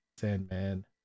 Sandman